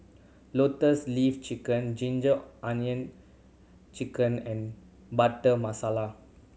Lotus Leaf Chicken ginger onion chicken and Butter Masala